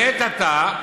לעת עתה,